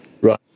Right